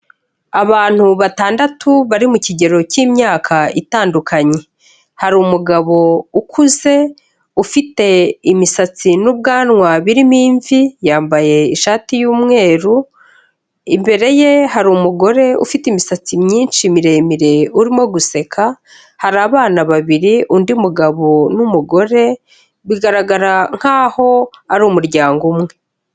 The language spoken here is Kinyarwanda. Abantu batandatu bari mu kigero cy'imyaka itandukanye, hari umugabo ukuze ufite imisatsi n'ubwanwa birimo imvi, yambaye ishati y'umweru, imbere ye hari umugore ufite imisatsi myinshi miremire urimo guseka, hari abana babiri, undi mugabo n'umugore, bigaragara nk'aho ari umuryango umwe.